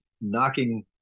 knocking